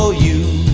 so you